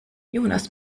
jonas